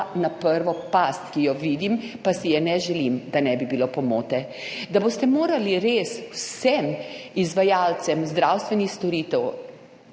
na prvo past, ki jo vidim, pa si je ne želim, da ne bi bilo pomote. Da boste morali res vsem izvajalcem zdravstvenih storitev